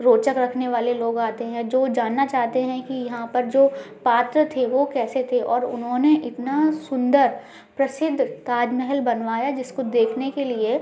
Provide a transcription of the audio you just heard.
रोचक रखने वाले लोग आतें हैं जो जानना चाहतें हैं कि यहाँ पर जो पात्र थे वो कैसे थे और उन्होंने इतना सुंदर प्रसिद्ध ताजमहल बनवाया जिसको देखने के लिए